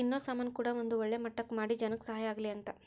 ತಿನ್ನೋ ಸಾಮನ್ ಕೂಡ ಒಂದ್ ಒಳ್ಳೆ ಮಟ್ಟಕ್ ಮಾಡಿ ಜನಕ್ ಸಹಾಯ ಆಗ್ಲಿ ಅಂತ